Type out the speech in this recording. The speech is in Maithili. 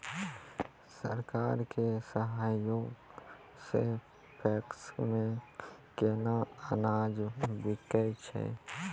सरकार के सहयोग सऽ पैक्स मे केना अनाज बिकै छै?